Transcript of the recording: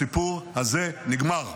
הסיפור הזה נגמר.